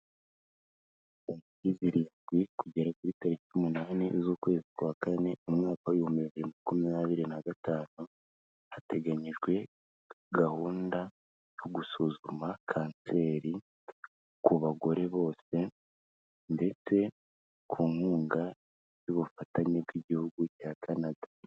Tariki zirindwi, kugera kuri tariki umunani z'ukwezi kwa kane umwaka w'ibihumbi bibiri na makumyabiri na gatanu, hateganyijwe gahunda yo gusuzuma kanseri ku bagore bose, ndetse ku nkunga y'ubufatanye bw'Igihugu cya Canada.